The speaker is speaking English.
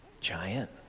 giant